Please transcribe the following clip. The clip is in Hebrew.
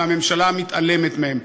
והממשלה מתעלמת מהם,